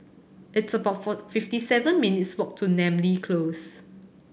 it's about four fifty seven minutes' walk to Namly Close